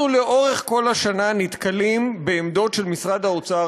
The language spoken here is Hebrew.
אנחנו לאורך כל השנה נתקלים בעמדות של משרד האוצר,